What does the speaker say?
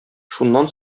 шуннан